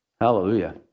Hallelujah